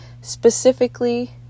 Specifically